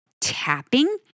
tapping